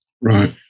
right